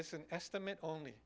it's an estimate only